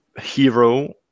hero